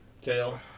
Tail